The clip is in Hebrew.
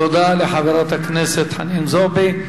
תודה לחברת הכנסת חנין זועבי.